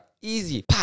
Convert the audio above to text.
easy